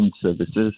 services